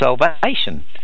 salvation